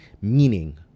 Meaning